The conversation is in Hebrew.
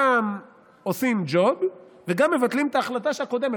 גם עושים ג'וב וגם מבטלים את ההחלטה הקודמת,